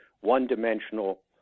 one-dimensional